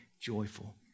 joyful